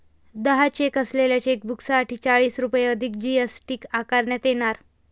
दहा चेक असलेल्या चेकबुकसाठी चाळीस रुपये अधिक जी.एस.टी आकारण्यात येणार